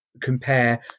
compare